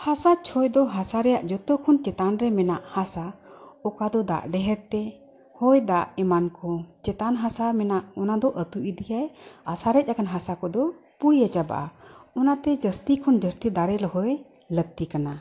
ᱦᱟᱥᱟ ᱪᱷᱚᱭ ᱫᱚ ᱦᱟᱥᱟ ᱨᱮᱭᱟᱜ ᱡᱚᱛᱚ ᱠᱷᱚᱱ ᱪᱮᱛᱟᱱᱨᱮ ᱢᱮᱱᱟᱜ ᱦᱟᱥᱟ ᱚᱠᱟ ᱫᱚ ᱫᱟᱜ ᱰᱷᱮᱨᱛᱮ ᱦᱚᱭᱫᱟᱜ ᱮᱢᱟᱱ ᱠᱚ ᱪᱮᱛᱟᱱ ᱦᱟᱥᱟ ᱢᱮᱱᱟᱜ ᱚᱱᱟ ᱫᱚ ᱟᱹᱛᱩ ᱤᱫᱤᱭᱟᱭ ᱟᱨ ᱥᱟᱨᱮᱡ ᱟᱠᱟᱱ ᱦᱟᱥᱟ ᱠᱚᱫᱚ ᱯᱩᱲᱤᱭᱟᱹ ᱪᱟᱵᱟᱜᱼᱟ ᱚᱱᱟᱛᱮ ᱡᱟᱹᱥᱛᱤ ᱠᱷᱚᱱ ᱡᱟᱹᱥᱛᱤ ᱫᱟᱨᱮ ᱨᱚᱦᱚᱭ ᱞᱟᱹᱠᱛᱤ ᱠᱟᱱᱟ